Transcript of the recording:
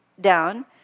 down